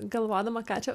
galvodama ką čia